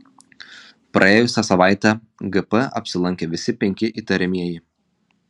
praėjusią savaitę gp apsilankė visi penki įtariamieji